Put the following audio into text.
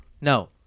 No